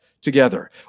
together